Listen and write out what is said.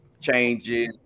changes